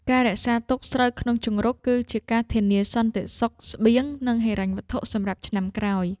ការរក្សាទុកស្រូវក្នុងជង្រុក គឺជាការធានាសន្តិសុខស្បៀង និងហិរញ្ញវត្ថុសម្រាប់ឆ្នាំក្រោយ។